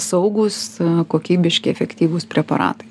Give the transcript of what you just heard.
saugūs kokybiški efektyvūs preparatai